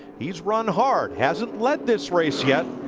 he's run hard, hasn't led this race yet,